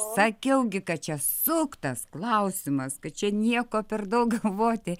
sakiau gi kad čia suktas klausimas kad čia nieko per daug galvoti